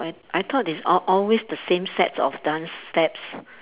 I I thought it's al~ always the same set of dance steps